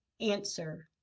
Answer